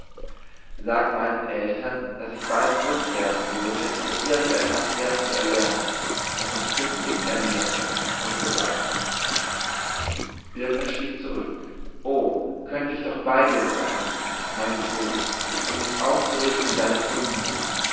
sage meinen eltern daß ich bald zurückkehren würde um irgend ein handwerk zu erlernen das mich künftig ernähre usw birkner schrieb zurück oh könnte ich doch bei dir sein mein sohn um dich aufzurichten in deinem unmut